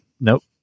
nope